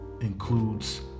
includes